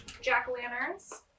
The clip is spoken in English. jack-o-lanterns